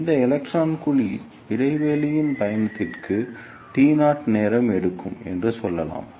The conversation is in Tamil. எனவே இந்த எலக்ட்ரான் குழி இடைவெளியின் பயணத்திற்கு t0 நேரம் எடுக்கும் என்று சொல்லலாம்